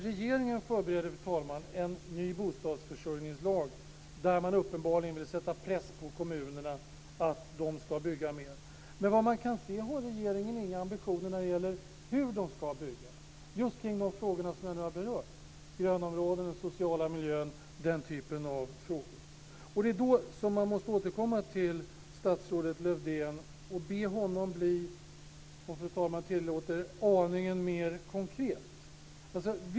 Regeringen förbereder en ny bostadsförsörjningslag där man uppenbarligen vill sätta press på kommunerna för att de ska bygga mer. Men samtidigt kan man se att regeringen inte har några ambitioner när det gäller hur kommunerna ska bygga med tanke på grönområden, den sociala miljön och den typen av frågor. Det är då som man måste be statsrådet Lövdén att bli en aning mer konkret.